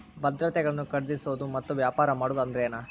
ಭದ್ರತೆಗಳನ್ನ ಖರೇದಿಸೋದು ಮತ್ತ ವ್ಯಾಪಾರ ಮಾಡೋದ್ ಅಂದ್ರೆನ